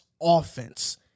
offense